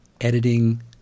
editing